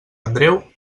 andreu